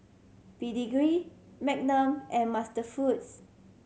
Pedigree Magnum and MasterFoods